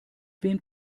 wem